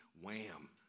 wham